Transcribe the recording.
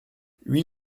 huit